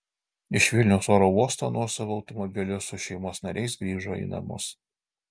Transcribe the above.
iš vilniaus oro uosto nuosavu automobiliu su šeimos nariais grįžo į namus